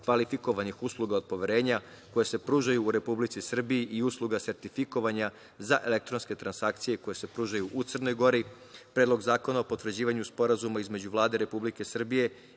kvalifikovanih usluga od poverenja, koje se pružaju u Republici Srbiji i usluga sertifikovanja za elektronske transakcije, koje se pružaju u Crnoj Gori, Predlog zakona o potvrđivanju Sporazuma između Vlade Republike Srbije